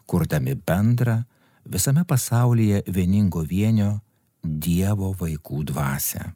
kurdami bendrą visame pasaulyje vieningo vienio dievo vaikų dvasią